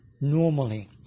normally